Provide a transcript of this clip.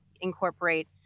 incorporate